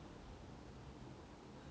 what is the pettiest reason